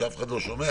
שאף אחד לא שומע,